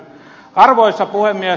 arvoisa puhemies